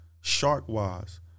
shark-wise